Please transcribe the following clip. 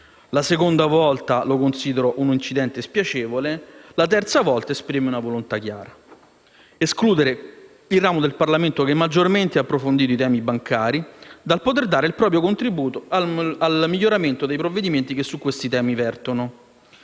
una seconda volta, la considero un incidente spiacevole. Ma la terza volta esprime la volontà chiara di escludere il ramo del Parlamento che maggiormente ha approfondito i temi bancari dal poter dare il proprio contributo al miglioramento dei provvedimenti che vertono